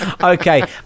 okay